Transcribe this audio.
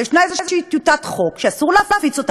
ויש איזושהי טיוטת דוח שאסור להפיץ אותה,